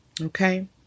Okay